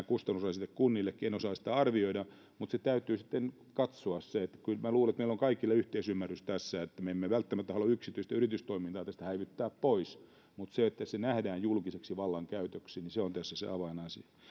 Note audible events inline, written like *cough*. *unintelligible* kustannusrasite kunnillekin en osaa sitä arvioida mutta se täytyy sitten katsoa kyllä minä luulen että meillä on kaikilla yhteisymmärrys tässä me emme välttämättä halua yksityistä yritystoimintaa tästä häivyttää pois mutta se että se nähdään julkiseksi vallankäytöksi niin se on tässä se avainasia